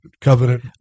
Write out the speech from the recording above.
covenant